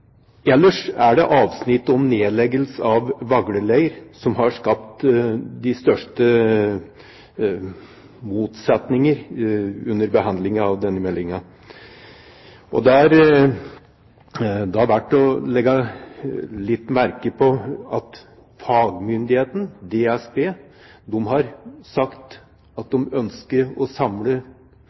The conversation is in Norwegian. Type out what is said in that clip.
Ellers er det avsnittet om nedleggelse av Vagle leir som har skapt de største motsetningene under behandlingen av denne meldingen. Der er det verdt å legge merke til at fagmyndigheten, DSB, har sagt at de ønsker å samle